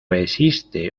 existe